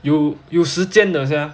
有有时间的 sia